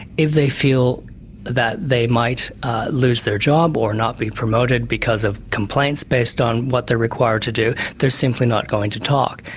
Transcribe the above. if they feel that they might lose their job or not be promoted because of complaints based on what they're required to do, they're simply not going to talk.